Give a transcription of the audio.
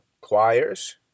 choirs